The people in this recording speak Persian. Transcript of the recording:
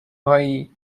های